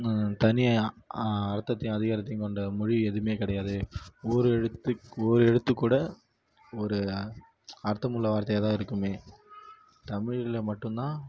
தனியாக அர்த்தத்தையும் அதிகாரத்தையும் கொண்ட மொழி எதுவும் கிடையாது ஓரெழுத்து ஓர் எழுத்து கூட ஒரு அர்த்தமுள்ள வார்த்தையாக தான் இருக்கும் தமிழில் மட்டும்தான்